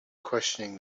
questioning